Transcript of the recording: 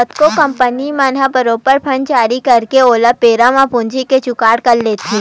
कतको कंपनी मन ह बरोबर बांड जारी करके घलो बेरा म पूंजी के जुगाड़ कर लेथे